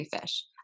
fish